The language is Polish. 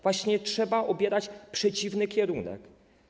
Właśnie trzeba obierać przeciwny kierunek.